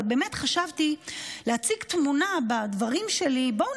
אבל באמת חשבתי להציג תמונה בדברים שלי: בואו